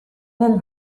nel